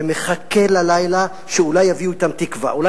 ומחכה ללילה שאולי יביא אתו תקווה.